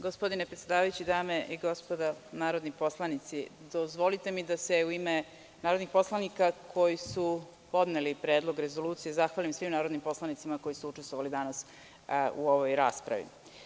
Gospodine predsedavajući, dame i gospodo narodni poslanici, dozvolite mi da se u ime narodnih poslanika koji su podneli Predlog rezolucije zahvalim svim narodnim poslanicima koji su učestvovali danas u ovoj raspravi.